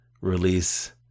release